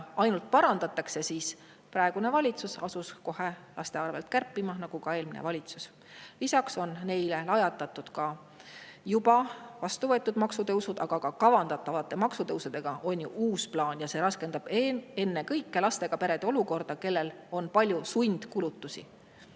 ainult [suurendatakse], siis praegune valitsus asus kohe laste arvel kärpima, nagu ka eelmine valitsus. Lisaks on neile lajatatud juba vastu võetud maksutõusudega, aga kavandatakse ju ka uusi maksutõuse, mis raskendavad ennekõike lastega perede olukorda, kellel on palju sundkulutusi.